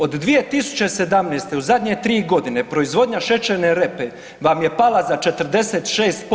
Od 2017. u zadnje 3 godine proizvodnja šećerne repe vam je pala za 46%